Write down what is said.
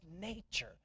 nature